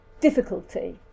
difficulty